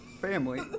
family